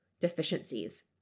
deficiencies